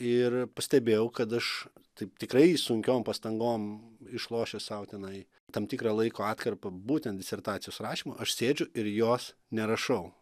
ir pastebėjau kad aš taip tikrai sunkiom pastangom išlošęs sau tenai tam tikrą laiko atkarpą būtent disertacijos rašymui aš sėdžiu ir jos nerašau